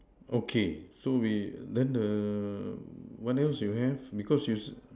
okay so we then the what else you have because you say